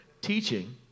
Teaching